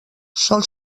sol